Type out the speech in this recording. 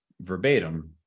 verbatim